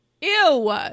Ew